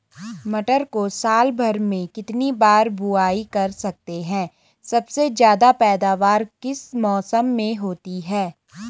मटर को साल भर में कितनी बार बुआई कर सकते हैं सबसे ज़्यादा पैदावार किस मौसम में होती है?